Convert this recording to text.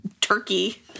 turkey